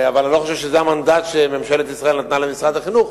אבל אני לא חושב שזה המנדט שממשלת ישראל נתנה למשרד החינוך.